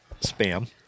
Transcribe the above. Spam